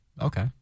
Okay